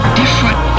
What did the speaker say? different